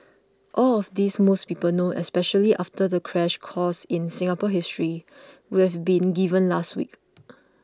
all of this most people know especially after the crash course in Singapore history we've been given last week